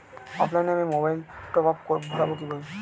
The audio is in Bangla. অফলাইনে আমি মোবাইলে টপআপ ভরাবো কি করে?